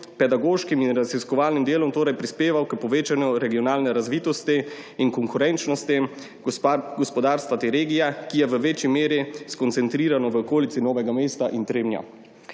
pedagoškim in raziskovalnim delom prispeval k povečanju regionalne razvitosti in konkurenčnosti gospodarstva te regije, ki je v večji meri skoncentrirano v okolici Novega mesta in Trebnja.